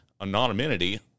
anonymity